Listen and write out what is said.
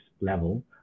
level